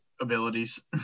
abilities